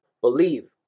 believe